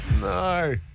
No